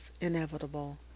inevitable